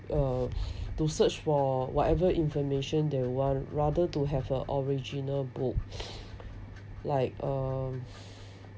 uh to search for whatever information that while rather to have a original book like um